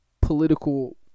political